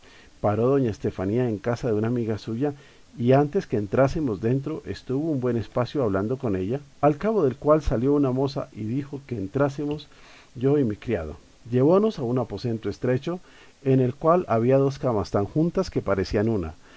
paró doña estefanía en casa de una amiga suya y antes que entrásemos dentro estuvo un buen espacio hablando con ella al cabo del c ual salió una moza y dijo que entrásemos yo y mi criado llevónos a un aposento estrecho en el cual había dos camas tan juntas que parecían una